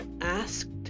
Asked